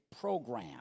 program